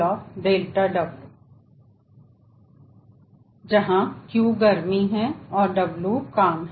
Q गर्मी है और W काम है